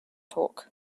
torque